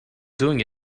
doing